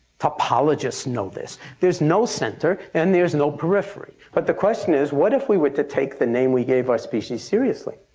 topologists know this. there's no center and there's no periphery but the question is what if we were to take the name we gave our species seriously